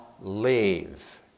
leave